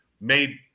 made